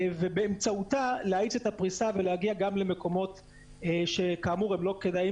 ובאמצעותה להאיץ את הפריסה ולהגיע גם למקומות שהם לא כדאיים